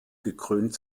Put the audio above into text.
gekrönt